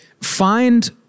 find